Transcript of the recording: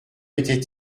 était